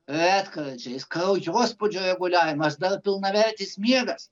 retkarčiais kraujospūdžio reguliavimas dar pilnavertis miegas